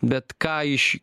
bet ką iš